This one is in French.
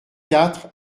quatre